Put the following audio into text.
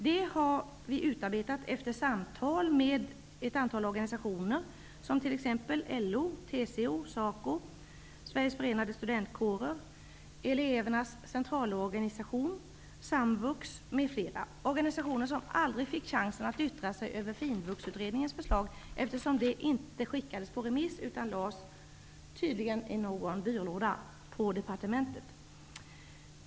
Det har vi utarbetat efter samtal med ett antal organisationer, exempelvis LO, TCO, SACO, Sveriges förenade studentkårer, Elevernas centralorganisation, SAMVUX organisationer som aldrig fick chans att yttra sig över Finvuxutredningens förslag eftersom det inte skickades på remiss utan tydligen lades i någon byrålåda på departementet.